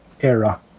era